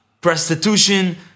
prostitution